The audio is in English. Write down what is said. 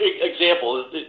example